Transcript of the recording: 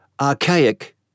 Archaic